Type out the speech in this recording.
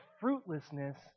fruitlessness